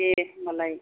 दे होनबालाय